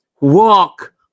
walk